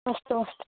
अस्तु अस्तु